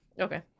Okay